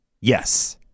Yes